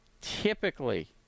Typically